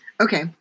Okay